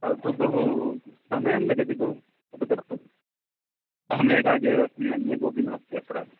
अस्तु बहु समयं लगति बहु अहम् एकाकी एव अस्मि अन्ये कोऽपि नास्ति अत्र